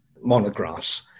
monographs